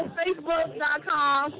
facebook.com